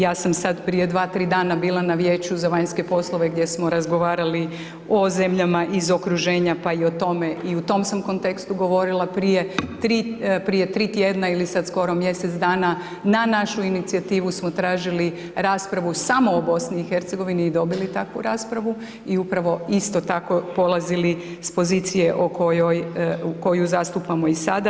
Ja sam sada prije 2, 3 dana bila na Vijeću za vanjske poslove gdje smo razgovarali o zemljama iz okruženja pa i o tome, i u tom sam kontekstu govorila prije 3 tjedna ili sad skoro mjesec dana na našu inicijativu smo tražili raspravu samo o BiH i dobili takvu raspravu i upravo isto tako polazili ş pozicije o kojoj, koju zastupamo i sada.